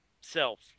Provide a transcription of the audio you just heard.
self